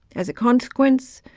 as a consequence,